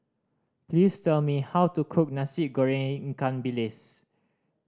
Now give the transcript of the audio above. please tell me how to cook Nasi Goreng ikan bilis